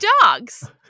dogs